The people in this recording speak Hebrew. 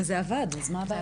וזה עבד, אז מה הבעיה?